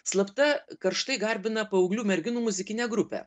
slapta karštai garbina paauglių merginų muzikinę grupę